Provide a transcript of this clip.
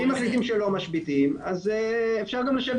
--- אם מחליטים שלא משביתים אפשר גם לשבת